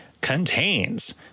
contains